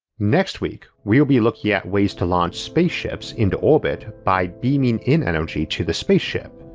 next week we'll be looking at ways to launch spaceships into orbit by beaming in energy to the spaceship,